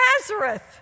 Nazareth